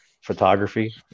photography